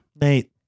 nate